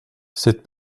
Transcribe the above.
cette